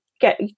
get